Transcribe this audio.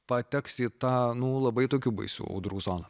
pateks į tą nu labai tokių baisių audrų zoną